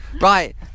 Right